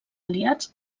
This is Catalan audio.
aliats